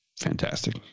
fantastic